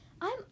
I'm